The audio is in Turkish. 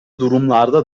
durumlarda